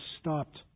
stopped